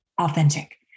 authentic